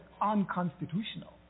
unconstitutional